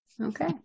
Okay